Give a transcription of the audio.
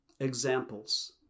examples